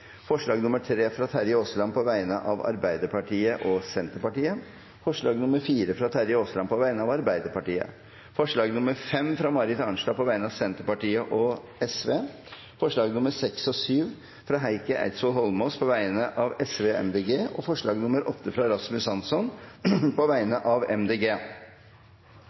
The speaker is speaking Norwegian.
forslag nr. 3, fra Terje Aasland på vegne av Arbeiderpartiet og Senterpartiet forslag nr. 4, fra Terje Aasland på vegne av Arbeiderpartiet forslag nr. 5, fra Marit Arnstad på vegne av Senterpartiet og Sosialistisk Venstreparti forslagene nr. 6 og 7, fra Heikki Eidsvoll Holmås på vegne av Sosialistisk Venstreparti og Miljøpartiet De Grønne forslag nr. 8, fra Rasmus Hansson på vegne av